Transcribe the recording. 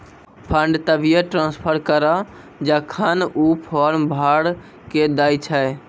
fund तभिये transfer करऽ जेखन ऊ फॉर्म भरऽ के दै छै